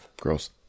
Gross